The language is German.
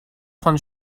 vom